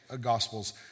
gospels